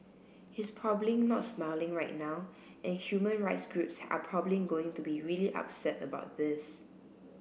he's probably not smiling right now and human rights groups are probably going to be really upset about this